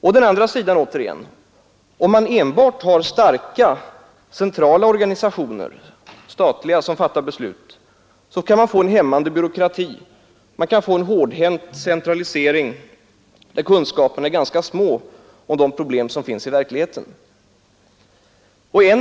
Om det å andra sidan enbart finns starka centrala statliga organisationer som fattar beslut, kan man få en hämmande byråkrati. Man kan få en hårdhänt centralisering, där kunskaperna om de problem som finns i verkligheten är ganska små.